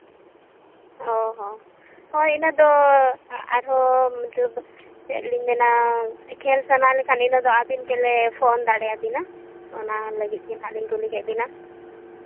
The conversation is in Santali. ᱚᱸᱻ ᱦᱚᱸ ᱦᱳᱭ ᱤᱱᱟᱹ ᱫᱚ ᱟᱨᱦᱚᱸ ᱪᱮᱫ ᱞᱤᱧ ᱢᱮᱱᱟ ᱠᱷᱮᱞ ᱥᱟᱱᱟ ᱞᱮᱠᱷᱟᱱ ᱤᱱᱟᱹ ᱫᱚ ᱟᱹᱵᱤᱱ ᱜᱮᱞᱮ ᱯᱷᱳᱱ ᱫᱟᱲᱮᱭᱟᱵᱮᱱᱟ ᱚᱱᱟ ᱞᱟᱹᱜᱤᱫ ᱜᱮᱦᱟᱸᱜ ᱠᱩᱞᱤ ᱠᱮᱜ ᱵᱤᱱᱟ